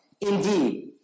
Indeed